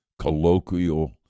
colloquial